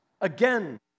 again